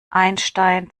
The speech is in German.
einstein